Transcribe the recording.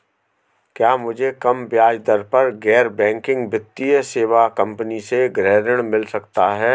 क्या मुझे कम ब्याज दर पर गैर बैंकिंग वित्तीय सेवा कंपनी से गृह ऋण मिल सकता है?